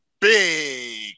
big